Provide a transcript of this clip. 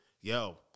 yo